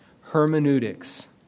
hermeneutics